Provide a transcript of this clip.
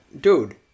Dude